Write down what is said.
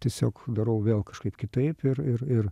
tiesiog darau vėl kažkaip kitaip ir ir ir